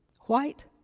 white